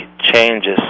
changes